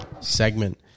segment